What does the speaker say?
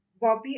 bobby